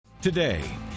Today